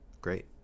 Great